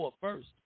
first